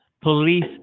police